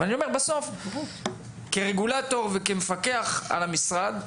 אבל בסוף כרגולטור וכמפקח על המשרד,